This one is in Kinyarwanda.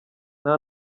nta